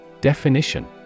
Definition